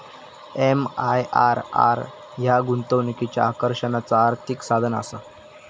MIRR ह्या गुंतवणुकीच्या आकर्षणाचा आर्थिक साधनआसा